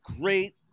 great